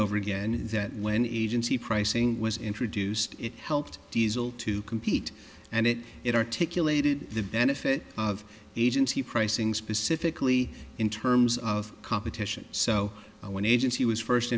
over again that when agency pricing was introduced it helped diesel to compete and it it articulated the benefit of agency pricing specifically in terms of competition so i went agency was first